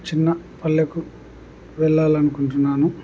చిన్న పల్లెకు వెళ్ళాలనుకుంటున్నాను